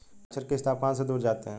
मच्छर किस तापमान से दूर जाते हैं?